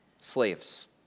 Slaves